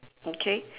okay